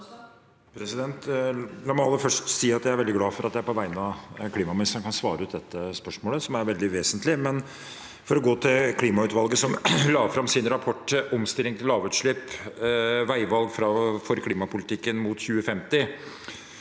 La meg aller først si at jeg er veldig glad for at jeg på vegne av klimaministeren kan svare ut dette spørsmålet, som er veldig vesentlig. Klimautvalget la fram sin rapport, Omstilling til lavutslipp – veivalg for klimapolitikken mot 2050,